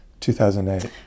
2008